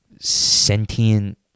sentient